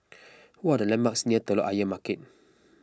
what are the landmarks near Telok Ayer Market